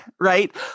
Right